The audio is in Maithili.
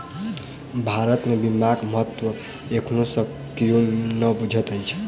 भारत मे बीमाक महत्व एखनो सब कियो नै बुझैत अछि